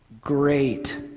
Great